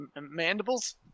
Mandibles